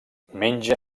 menja